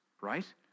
right